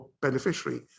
beneficiary